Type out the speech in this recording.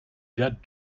that